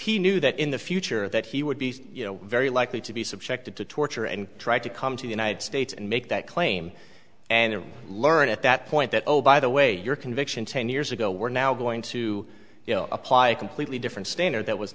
he knew that in the future that he would be very likely to be subjected to torture and try to come to united states and make that claim and learn at that point that oh by the way your conviction ten years ago we're now going to apply a completely different standard that was